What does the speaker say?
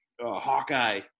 hawkeye